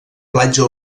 platja